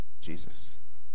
Jesus